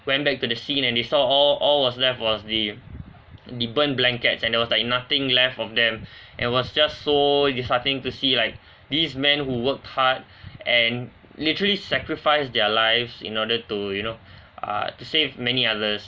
went back to the scene and they saw all all was left was the the burnt blankets and there was like nothing left of them and was just so you starting to see like these men who worked hard and literally sacrifice their lives in order to you know uh to save many others